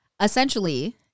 Essentially